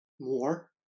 more